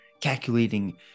calculating